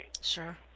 Sure